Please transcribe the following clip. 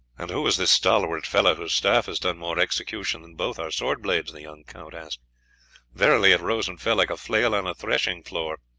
and who is this stalwart fellow whose staff has done more execution than both our sword-blades? the young count asked verily it rose and fell like a flail on a thrashing-floor.